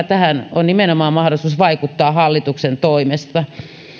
tähän on nimenomaan mahdollisuus vaikuttaa hallituksen toimesta